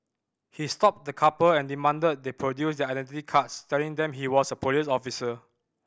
he stopped the couple and demanded they produce their identity cards telling them he was a police officer